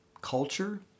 culture